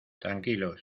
tranquilos